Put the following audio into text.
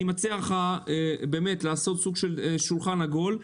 אני מציע לך לקיים שולחן עגול.